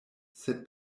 sed